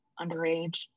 underage